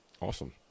Awesome